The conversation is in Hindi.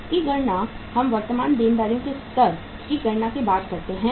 इसकी गणना हम वर्तमान देनदारियों के स्तर की गणना के बाद करते हैं